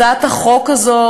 הצעת החוק הזאת,